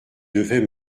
devais